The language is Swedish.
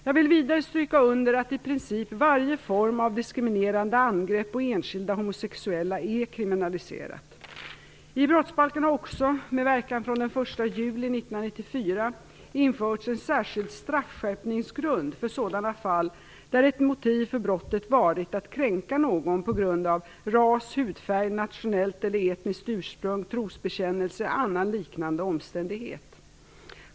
Jag vill vidare stryka under att i princip varje form av diskriminerande angrepp på enskilda homosexuella är kriminaliserat. I brottsbalken har också, men verkan från den 1 juli 1994, införts en särskild straffskärpningsgrund för sådana fall där ett motiv för brottet varit att kränka någon på grund av ras, hudfärg, nationellt eller etniskt ursprung, trosbekännelse eller annan liknande omständighet.